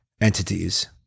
entities